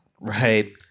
Right